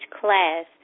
class